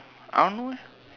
I don't know leh